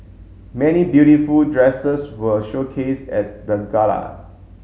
many beautiful dresses were showcased at the gala